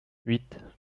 huit